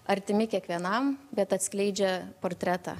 artimi kiekvienam bet atskleidžia portretą